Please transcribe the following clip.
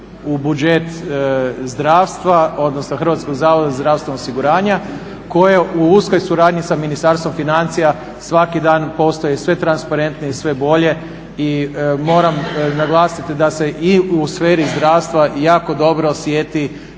u budžet zdravstva odnosno Hrvatskog zavoda za zdravstveno osiguranje koje u uskoj suradnji sa Ministarstvom financija svaki dan postaje sve transparentnije i sve bolje. I moram naglasiti da se i u sferi zdravstva jako dobro osjeti